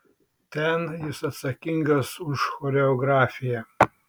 ten jis atsakingas už choreografiją